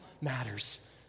matters